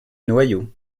noyau